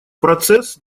процесс